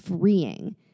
freeing